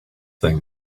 thing